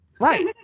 Right